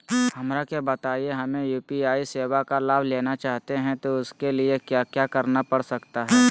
हमरा के बताइए हमें यू.पी.आई सेवा का लाभ लेना चाहते हैं उसके लिए क्या क्या करना पड़ सकता है?